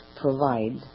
provide